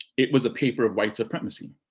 it was a paper of white supremacy.